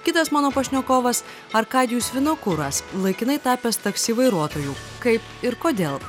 kitas mano pašnekovas arkadijus vinokuras laikinai tapęs taksi vairuotoju kaip ir kodėl